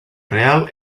real